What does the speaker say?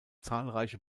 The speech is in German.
zahlreiche